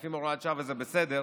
מעדיפים הוראת שעה, וזה בסדר,